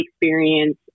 experience